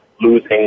losing